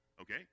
Okay